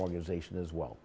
organization as well